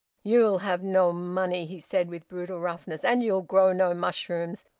you'll have no money! he said, with brutal roughness. and you'll grow no mushrooms!